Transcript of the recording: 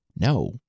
No